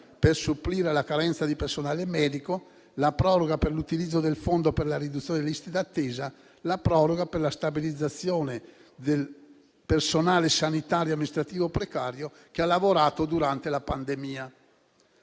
per supplire alla carenza di personale medico; la proroga per l'utilizzo del fondo per la riduzione delle liste d'attesa; la proroga per la stabilizzazione del personale sanitario amministrativo precario che ha lavorato durante la pandemia.